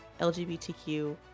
lgbtq